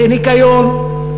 ניקיון.